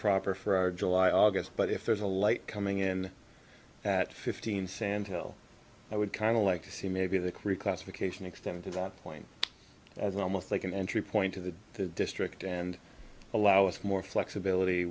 proper for july august but if there's a light coming in that fifteen sand hill i would kind of like to see maybe the creek classification extend to the point as almost like an entry point to the district and allow us more flexibility